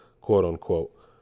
Quote-unquote